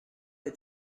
est